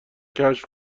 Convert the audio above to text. کشف